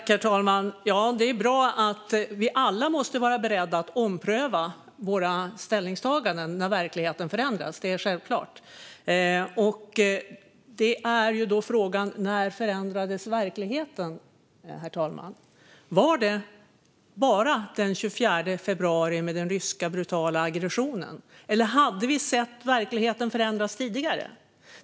Herr talman! Det är bra. Vi måste alla vara beredda att ompröva våra ställningstaganden när verkligheten förändras. Det är självklart. Då är frågan, herr talman: När förändrades verkligheten? Var det först den 24 februari med den brutala ryska aggressionen, eller hade vi sett verkligheten förändras tidigare?